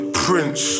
prince